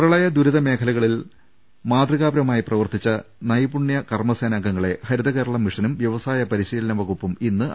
പ്രളയദൂരിത മേഖലകളിൽ മാതൃകാപരമായി പ്രവർത്തിച്ച നൈപുണൃ കർമ്മസേനാംഗങ്ങളെ ഹരിത കേരളം മിഷനും വൃവ സായ പരിശീലന വകുപ്പും ഇന്ന് ആദരിക്കും